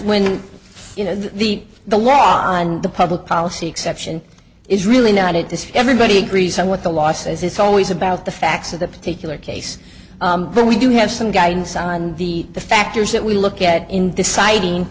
when you know the the law and the public policy exception is really not it is everybody agrees on what the law says it's always about the facts of the particular case but we do have some guidance on the the factors that we look at in deciding